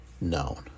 known